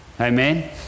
Amen